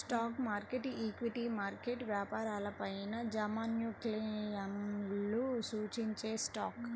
stock market, equity market వ్యాపారాలపైయాజమాన్యక్లెయిమ్లను సూచించేస్టాక్